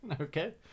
Okay